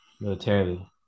militarily